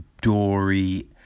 Dory